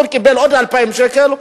קיבל עוד 2,000 שקל,